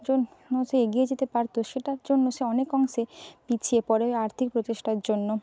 জন্য সে এগিয়ে যেতে পারত সেটার জন্য সে অনেক অংশে পিছিয়ে পড়ে ওই আর্থিক প্রচেষ্টার জন্য